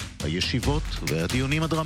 אני מתכבד לפתוח את ישיבת הכנסת.